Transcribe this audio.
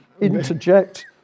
interject